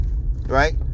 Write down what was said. Right